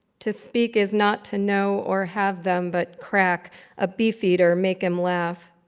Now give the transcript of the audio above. to speak is not to know or have them, but crack a beefeater make him laugh.